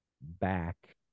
back